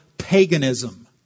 Paganism